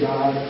God